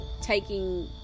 taking